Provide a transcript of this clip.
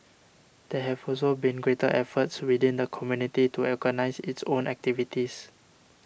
there have also been greater efforts within the community to organise its own activities